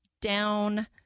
down